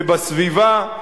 בסביבה,